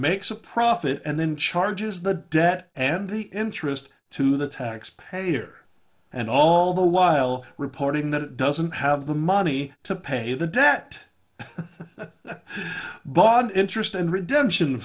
makes a profit and then charges the debt and the interest to the taxpayer and all the while reporting that it doesn't have the money to pay the debt but interest and redemption